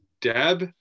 Deb